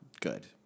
good